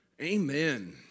amen